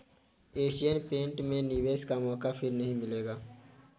Asian Paint में निवेश का मौका फिर नही मिलेगा